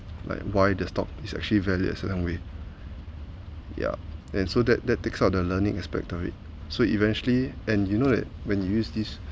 like why the stock is actually value at certain way ya and so that that that kind of the learning aspect of it so eventually and you know that when you use this